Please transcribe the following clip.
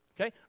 Okay